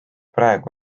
praegu